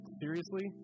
seriously